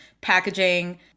packaging